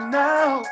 now